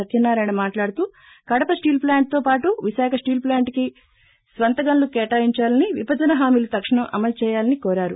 సత్సనారాయణ మాట్లాడుతూ Kadapa steel plant తో పాటు విశాఖ స్వీల్ ప్లాంట్ కి స్వంత ఘనులు కేటాయించాలని విభజన హామీలు తక్షణం అమలు చేయాలని కోరారు